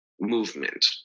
movement